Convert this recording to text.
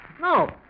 No